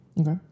Okay